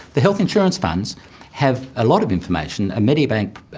the health insurance funds have a lot of information. ah medibank,